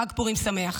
חג פורים שמח.